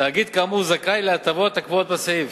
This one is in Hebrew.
תאגיד כאמור זכאי להטבות הקבועות בסעיף.